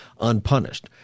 unpunished